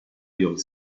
your